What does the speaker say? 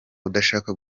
udashaka